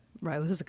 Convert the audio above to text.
Right